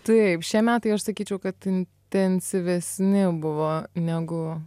taip šie metai aš sakyčiau kad intensyvesni buvo negu